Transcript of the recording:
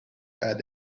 had